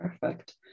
Perfect